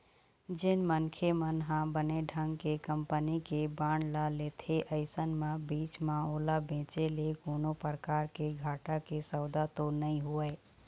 जेन मनखे मन ह बने ढंग के कंपनी के बांड ल लेथे अइसन म बीच म ओला बेंचे ले कोनो परकार के घाटा के सौदा तो नइ होवय